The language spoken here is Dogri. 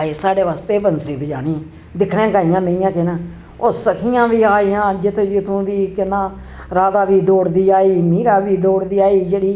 अज्ज साढ़े बास्तै बी बंसरी बजानी दिक्खने आं गाइयां मेहियां न ओह् सखियां बी आइयां जित्थूं जित्थूं बी केह् नांऽ राधा बी दौड़दी आई मीरा बी दौड़दी आई जेह्ड़ी